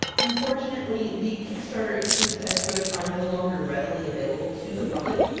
unfortunately, the kickstarter exclusive extras are no longer readily available to the public,